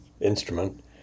instrument